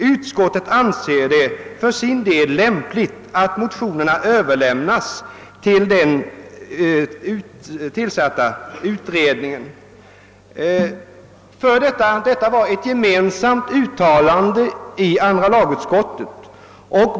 Utskottet anser det för sin del lämpligt att motionerna Överlämnas till den tillsatta utredningen.» Bakom detta uttalande stod alla leda möter i andra lagutskottet.